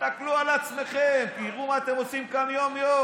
תסתכלו על עצמכם, תראו מה אתם עושים כאן יום-יום.